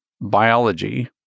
biology